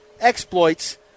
exploits